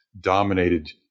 dominated